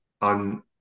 on